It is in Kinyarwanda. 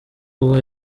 ubwo